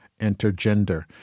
intergender